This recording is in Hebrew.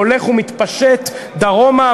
הולך ומתפשט דרומה,